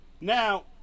Now